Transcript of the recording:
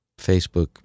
Facebook